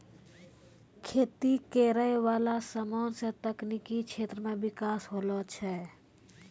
खेती करै वाला समान से तकनीकी क्षेत्र मे बिकास होलो छै